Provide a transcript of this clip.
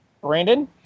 Brandon